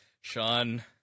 Sean